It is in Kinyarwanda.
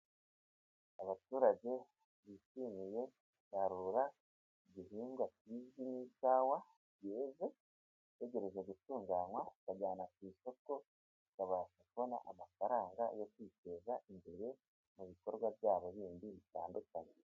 Abaturage bishimiye isarura ry'igihingwa kizwi nk'ikawa yeze itegereje gutunganywa bakayijyana ku isoko bakabasha kubona amafaranga yo kwiteza imbere mu bikorwa byabo bindi bitandukanye.